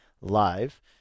live